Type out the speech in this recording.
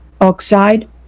oxide